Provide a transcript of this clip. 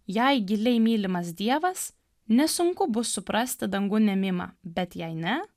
jei giliai mylimas dievas nesunku bus suprasti dangun ėmimą bet jei ne